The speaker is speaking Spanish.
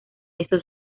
eso